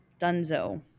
dunzo